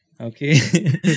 Okay